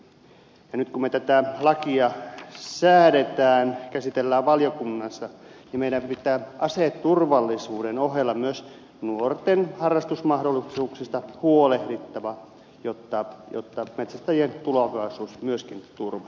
nyt kun me tätä lakia säädämme käsittelemme valiokunnassa meidän pitää aseturvallisuuden ohella myös nuorten harrastusmahdollisuuksista huolehtia jotta metsästäjien tulevaisuus myöskin turvataan